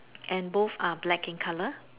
and both are black in colour